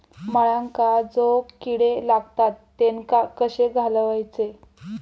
मुळ्यांका जो किडे लागतात तेनका कशे घालवचे?